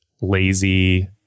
lazy